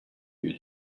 you